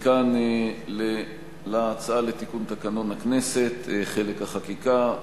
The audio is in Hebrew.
מכאן להצעה לתיקון תקנון הכנסת, חלק החקיקה.